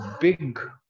big